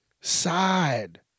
side